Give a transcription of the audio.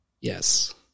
Yes